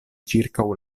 ĉirkaŭ